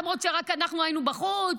למרות שרק אנחנו היינו בחוץ,